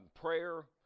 prayer